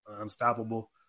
unstoppable